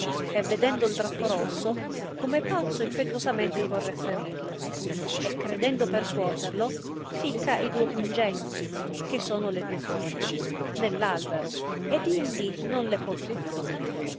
e vedendo drappo rosso come pazzo impetuosamente corre a ferirlo e credendo percuoterlo ficca i duo pungenti che sono le duo corna nell albero ed indi non le può trarre